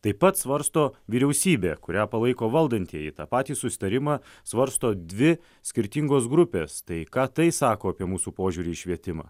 taip pat svarsto vyriausybė kurią palaiko valdantieji tą patį susitarimą svarsto dvi skirtingos grupės tai ką tai sako apie mūsų požiūrį į švietimą